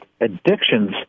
addictions